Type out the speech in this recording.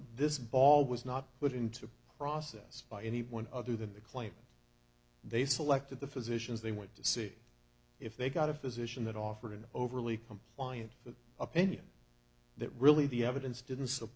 this ball was not put into a process by anyone other than the client they selected the physicians they want to see if they got a physician that offered an overly compliant opinion that really the evidence didn't s